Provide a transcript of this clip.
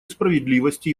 справедливости